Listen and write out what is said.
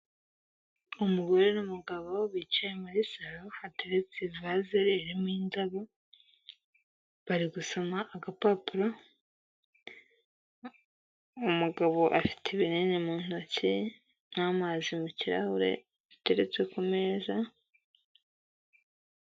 Umugore n'umugabo bicaye muri saro hateretse ivaze rimo indabo, bari gusoma agapapuro. Umugabo afite ibinini mu ntoki n'amazi mu kirahure ateretse ku meza.